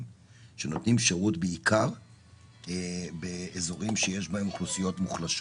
שנותנים שירות לאזורים שיש בהם בעיקר אוכלוסיות מוחלשות,